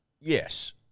Yes